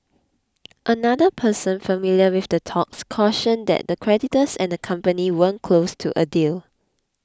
another person familiar with the talks cautioned that the creditors and the company weren't close to a deal